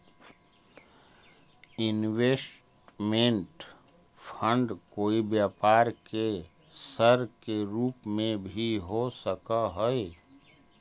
investment fund कोई व्यापार के सर के रूप में भी हो सकऽ हई